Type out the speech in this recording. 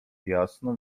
jasno